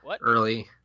early